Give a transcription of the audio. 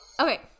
okay